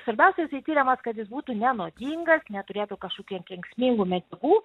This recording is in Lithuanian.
svarbiausia jisai tiriamas kad jis būtų nenuodingas neturėtų kažkokių kenksmingų medžiagų